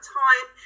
time